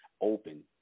open